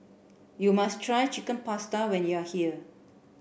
you must try Chicken Pasta when you are here